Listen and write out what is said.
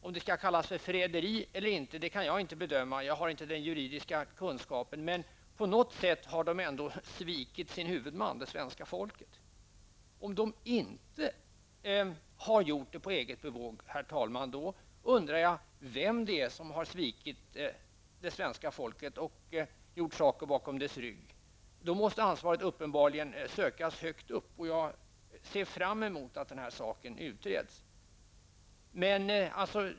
Om det skall kallas för förräderi eller inte, kan jag inte bedöma, för jag har inte den juridiska kunskapen, men på något sätt har de ändå svikit sin huvudman, det svenska folket. Om de inte har gjort det på eget bevåg, herr talman, då undrar jag vem det är som har svikit det svenska folket och gjort saker bakom dess rygg. Då måste ansvaret uppenbarligen sökas högt uppe, och jag ser fram emot att den här saken utreds.